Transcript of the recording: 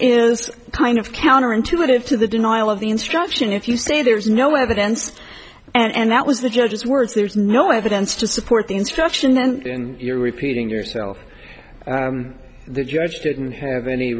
is kind of counterintuitive to the denial of the instruction if you say there's no evidence and that was the judge's words there's no evidence to support the instruction and you're repeating yourself the judge didn't have any